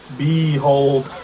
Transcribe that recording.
Behold